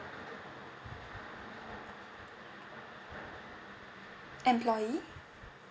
employee